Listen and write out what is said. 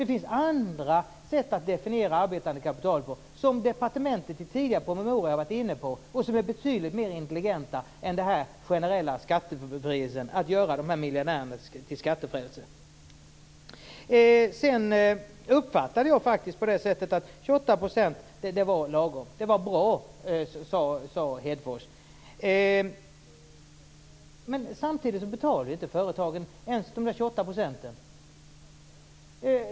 Det finns andra sätt att definiera arbetande kapital på som departementet har varit inne på i tidigare promemorior och som är betydligt mer intelligenta än den generella skattebefrielsen - som gör miljardärerna till skattefrälse. Jag uppfattar det så att Hedfors tyckte att 28 % var bra. Samtidigt betalar inte företagen ens 28 %.